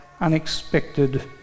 Unexpected